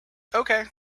okay